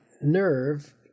nerve